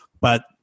But-